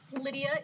Lydia